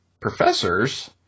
professors